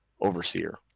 overseer